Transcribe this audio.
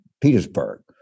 Petersburg